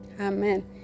Amen